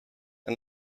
and